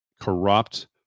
corrupt